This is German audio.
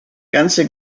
ganze